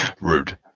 Rude